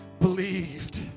believed